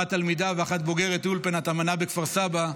האחת תלמידה והאחת בוגרת אולפנת אמנה בכפר סבא,